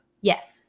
Yes